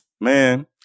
Man